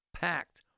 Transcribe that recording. packed